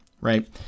right